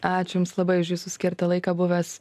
ačiū jums labai už jūsų skirtą laiką buvęs